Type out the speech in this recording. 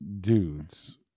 dudes